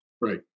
right